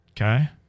Okay